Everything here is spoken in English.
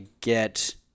get